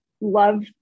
love